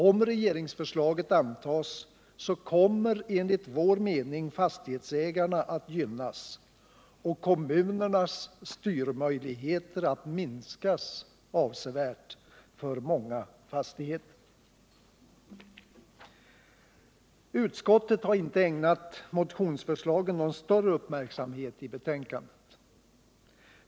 Om regeringsförslaget antas kommer enligt vår mening fastighetsägarna att gynnas och kommunernas styrmöjligheter att minskas avsevärt för många fastigheter. Utskottet har inte ägnat motionsförslagen någon större uppmärksamhet i betänkandet.